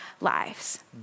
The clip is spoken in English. lives